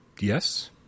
Yes